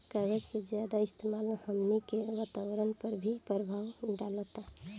कागज के ज्यादा इस्तेमाल हमनी के वातावरण पर भी प्रभाव डालता